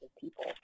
people